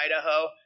Idaho